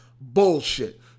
bullshit